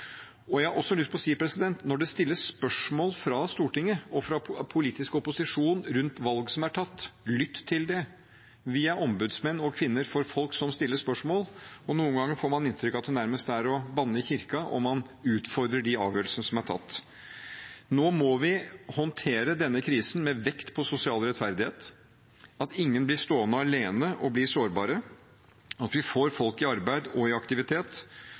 Jeg har også lyst til å si at når det stilles spørsmål fra Stortinget og fra politisk opposisjon rundt valg som er tatt, lytt til det! Vi er ombudsmenn og -kvinner for folk som stiller spørsmål, og noen ganger får man inntrykk av at det nærmest er å banne i kirken om man utfordrer de avgjørelsene som er tatt. Nå må vi håndtere denne krisen med vekt på sosial rettferdighet, at ingen blir stående alene og blir sårbare, at vi får folk i arbeid og i aktivitet.